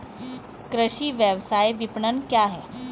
कृषि व्यवसाय विपणन क्या है?